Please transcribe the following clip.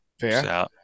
Fair